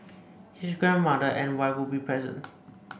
his grandmother and wife would be present